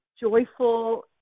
joyful